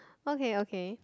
okay okay